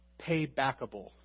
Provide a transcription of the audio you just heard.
paybackable